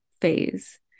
phase